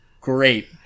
Great